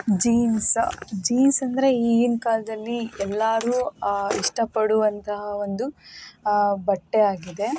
jeans jeans ಅಂದರೆ ಈಗಿನ ಕಾಲದಲ್ಲಿ ಎಲ್ಲರೂ ಇಷ್ಟಪಡುವಂತಹ ಒಂದು ಬಟ್ಟೆ ಆಗಿದೆ